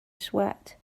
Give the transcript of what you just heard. sweat